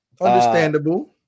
Understandable